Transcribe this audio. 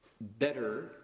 better